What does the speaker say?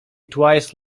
twice